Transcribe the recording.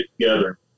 together